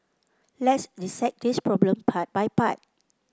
let's dissect this problem part by part